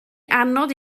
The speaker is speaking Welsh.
anodd